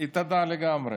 התאדה לגמרי.